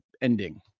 ending